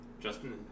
Justin